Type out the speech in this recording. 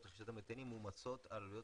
רכישת המטענים מועמסות על העלויות